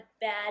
Bad